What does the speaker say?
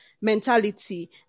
mentality